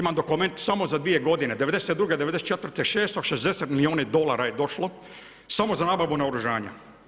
Imam dokument samo za 2 godine, '92., '94. 660 milijuna dolara je došlo samo za nabavu naoružanja.